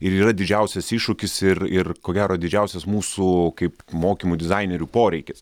ir yra didžiausias iššūkis ir ir ko gero didžiausias mūsų kaip mokymų dizainerių poreikis